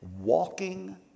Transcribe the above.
walking